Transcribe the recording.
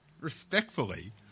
respectfully